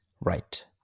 right